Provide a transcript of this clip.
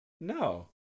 no